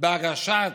בהגשת